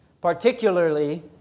particularly